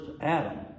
Adam